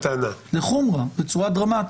לחומרא, בצורה דרמטית.